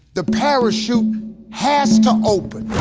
the parachute has to open.